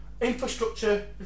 infrastructure